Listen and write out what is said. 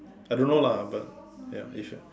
I don't know lah but ya if you're